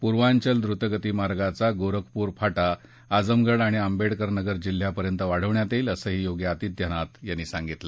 पूर्वांचल द्रुतगतीमार्गाचा गोरखपूर फाटा आजमगढ आणि आंबेडकर नगर जिल्ह्यापर्यंत वाढवण्यात येईल असंही योगी आदित्यनाथ यांनी सांगितलं